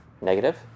negative